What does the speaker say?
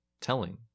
telling